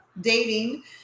Dating